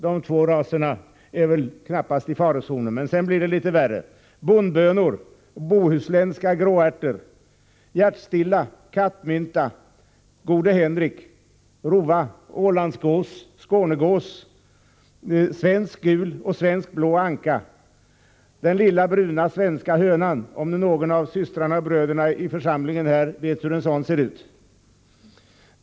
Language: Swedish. De två raserna är knappast i farozonen, men sedan blir det litet värre: bondbönor, bohuslänska gråärter, hjärtstilla, kattmynta, gode Henrik, rova, öländsk gås, skånegås, svensk gul och svensk blå anka och den lilla bruna svenska hönan — om nu någon av systrarna och bröderna i församlingen här vet hur en sådan ser ut.